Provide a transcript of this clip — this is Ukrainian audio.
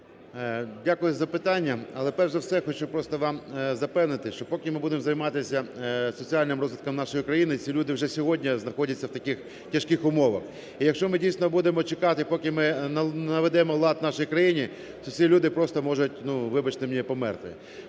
Дякую за запитання. Але, перш за все, я хочу просто вам запевнити, що поки ми будемо займатися соціальним розвитком нашої країни, ці люди вже сьогодні знаходяться в таких тяжких умовах. І якщо ми дійсно будемо чекати поки ми не наведемо лад в нашій країні, то ці люди просто можуть, вибачте мені, померти.